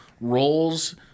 roles